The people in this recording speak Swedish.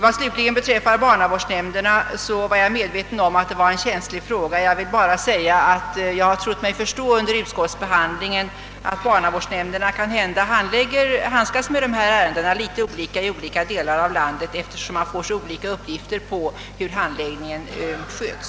Vad slutligen barnavårdsnämnderna beträffar vill jag framhålla, att jag var medveten om att de utgjorde en känslig fråga. Jag vill bara säga att jag under utskottsbehandlingen har trott mig förstå, att barnavårdsnämnderna kanhända handskas litet olika med dessa ärenden i olika delar av landet, eftersom man får så olika uppgifter om hur handläggningen sköts.